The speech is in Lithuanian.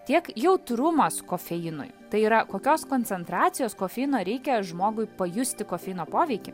tiek jautrumas kofeinui tai yra kokios koncentracijos kofeino reikia žmogui pajusti kofeino poveikį